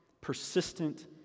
persistent